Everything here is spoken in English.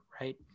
right